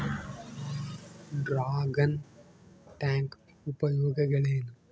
Dragon tank ಉಪಯೋಗಗಳೇನು?